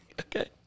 Okay